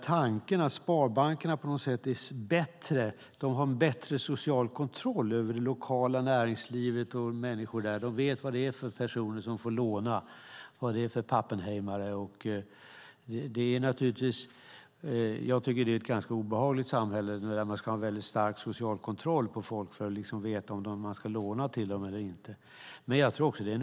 Tanken att sparbankerna på något sätt skulle vara bättre och ha bättre kontroll över det lokala näringslivet och människorna där - de känner sina pappenheimare och vet vad det är för personer som får låna - tror jag är oriktig. Dessutom tycker jag att det är ett ganska obehagligt samhälle där man ska ha en väldigt stark social kontroll på folk för att veta om man ska låna till dem eller inte.